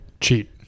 cheat